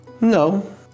No